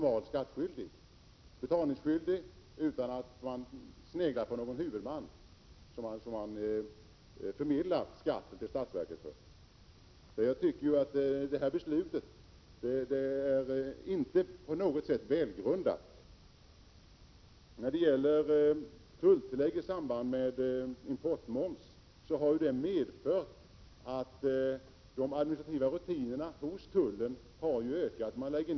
Man har betalningsskyldighet utan att snegla på den huvudman åt vilken man förmedlar skatt till statsverket. Detta beslut är enligt min mening inte välgrundat. Tulltillägg i samband med importmoms har medfört att de administrativa rutinerna hos tullen har ökat.